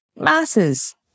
Masses